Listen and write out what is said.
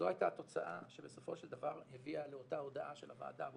זו הייתה התוצאה שבסופו של דבר הביאה לאותה הודעה של הוועדה הבוחנת.